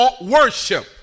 Worship